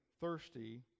thirsty